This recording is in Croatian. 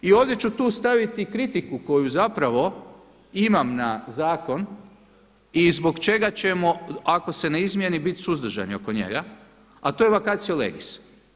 I ovdje ću tu staviti kritiku koju zapravo imam na zakon i zbog čega ćemo ako se ne izmijeni bit suzdržani oko njega, a to je vacatio legis.